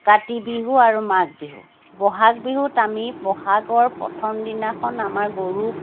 কাতি বিহু আৰু মাঘ বিহু বহাগ বিহুত আমি বহাগৰ প্ৰথম দিনাখন আমাৰ গৰুক